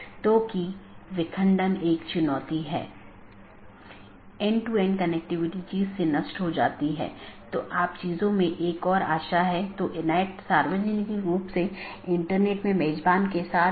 इसलिए मैं एकल प्रविष्टि में आकस्मिक रूटिंग विज्ञापन कर सकता हूं और ऐसा करने में यह मूल रूप से स्केल करने में मदद करता है